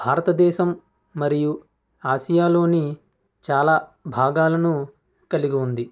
భారతదేశం మరియు ఆసియాలోని చాలా భాగాలను కలిగి ఉంది